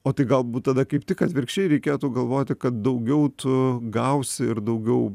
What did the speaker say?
o tai galbūt tada kaip tik atvirkščiai reikėtų galvoti kad daugiau tu gausi ir daugiau